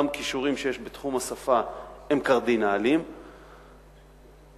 אותם כישורים שיש בתחום השפה הם קרדינליים, ב.